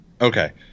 Okay